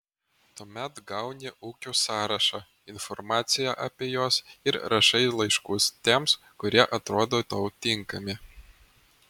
tuomet gauni ūkių sąrašą informaciją apie juos ir rašai laiškus tiems kurie atrodo tau tinkami